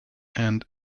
and